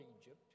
Egypt